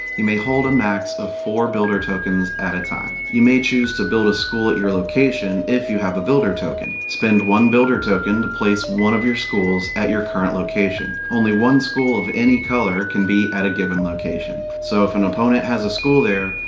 you may hold a max of four builder tokens at a time. you may choose to build a school at your location if you have a builder token. spend one builder token to place one of your schools at your current location. only one school of any color can be at a given location. so, if an opponent has a school there,